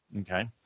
Okay